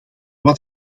wat